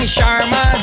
Sharma